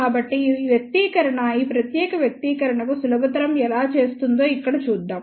కాబట్టి ఈ వ్యక్తీకరణ ఈ ప్రత్యేక వ్యక్తీకరణకు సులభతరం ఎలా చేస్తుందో ఇక్కడ చూద్దాం